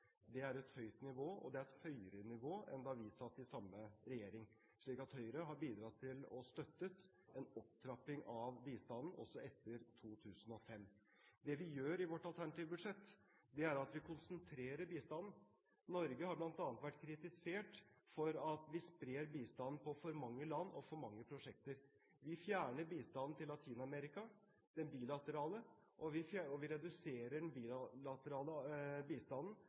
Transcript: Det er et høyt nivå, og det er et høyere nivå enn da vi satt i samme regjering. Så Høyre har bidratt til og støttet en opptrapping av bistanden også etter 2005. Det vi gjør i vårt alternative budsjett, er at vi konsentrerer bistanden. Norge har vært kritisert for at vi sprer bistanden på for mange land og for mange prosjekter. Vi fjerner den bilaterale bistanden til Latin-Amerika, og vi reduserer den bilaterale bistanden